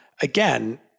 Again